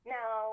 Now